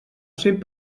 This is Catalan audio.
cent